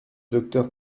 docteur